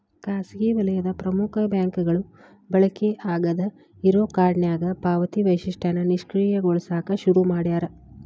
ಖಾಸಗಿ ವಲಯದ ಪ್ರಮುಖ ಬ್ಯಾಂಕ್ಗಳು ಬಳಕೆ ಆಗಾದ್ ಇರೋ ಕಾರ್ಡ್ನ್ಯಾಗ ಪಾವತಿ ವೈಶಿಷ್ಟ್ಯನ ನಿಷ್ಕ್ರಿಯಗೊಳಸಕ ಶುರು ಮಾಡ್ಯಾರ